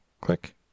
Click